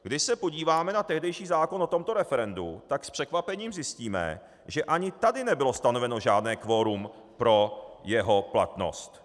Když se podíváme na tehdejší zákon o tomto referendu, tak s překvapením zjistíme, že ani tady nebylo stanoveno žádné kvorum pro jeho platnost.